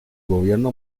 gobierno